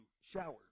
shower